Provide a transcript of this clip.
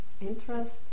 interest